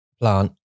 plant